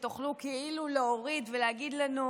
כדי שתוכלו כאילו להוריד ולהגיד לנו: